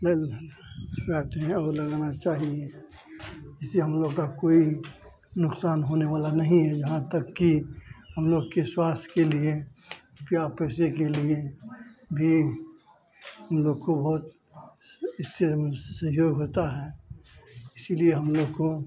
लग गाते हैं और लगाना चाहिए इससे हम लोग का कोई नुक़सान होने वाला नहीं है यहाँ तक कि हम लोग के स्वास्थ के लिए रुपया पैसे के लिए भी हुम लोग को बहुत इससे इससे सहयोग होता है इसलिए हम लोग को